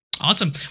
awesome